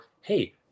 hey